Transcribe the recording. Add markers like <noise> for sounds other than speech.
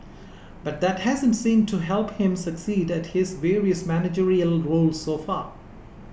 but that hasn't seemed to help him succeed at his various managerial <unintelligible> roles so far